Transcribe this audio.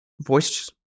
voice